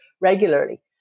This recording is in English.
regularly